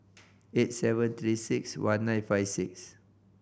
eight seven Three Six One nine five six